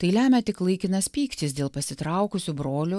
tai lemia tik laikinas pyktis dėl pasitraukusių brolių